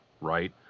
right